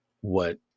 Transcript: what-